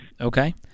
Okay